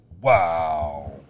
Wow